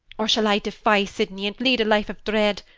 or shall i defy sydney and lead a life of dread?